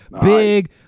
big